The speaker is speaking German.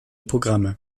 programme